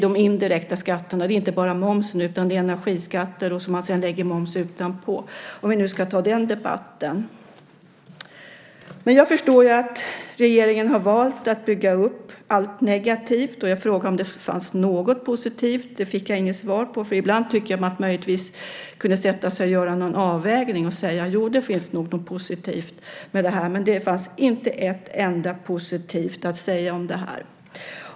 Det gäller inte bara momsen, utan också energiskatter som man sedan lägger moms ovanpå - om vi nu ska ta den debatten. Jag förstår att regeringen har valt att bygga upp allt negativt. Jag frågade om det fanns något positivt. Det fick jag inget svar på. Ibland tycker jag att man möjligtvis kunde sätta sig och göra någon avvägning, och säga: Jo, det finns nog något positivt med det här. Men det fanns tydligen inte något positivt alls att säga om det här.